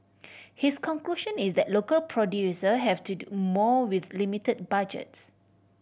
his conclusion is that local producer have to do more with limited budgets